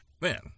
Man